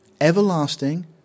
Everlasting